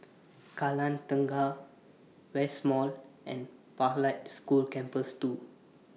Kallang Tengah West Mall and Pathlight School Campus two